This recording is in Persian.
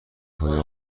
های